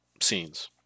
scenes